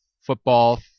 football